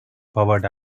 powered